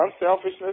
unselfishness